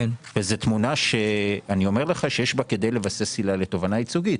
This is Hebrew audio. וזו תמונה שאני אומר לך שיש בה כדי לבסס עילה לתובענה ייצוגית.